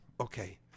Okay